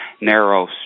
narrow